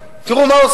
זו המלחמה המודרנית.